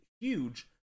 huge